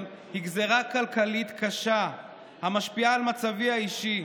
היא גזרה כלכלית קשה המשפיעה על מצבי האישי,